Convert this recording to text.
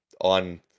on